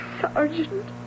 Sergeant